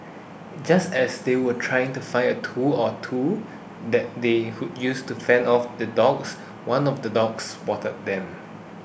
just as they were trying to find a tool or two that they could use to fend off the dogs one of the dogs spotted them